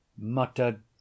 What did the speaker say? muttered